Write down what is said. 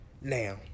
Now